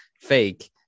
fake